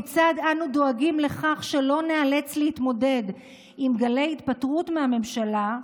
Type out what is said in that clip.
כיצד אנו דואגים לכך שלא ניאלץ להתמודד עם גלי התפטרות מהמשטרה,